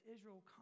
Israel